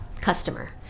customer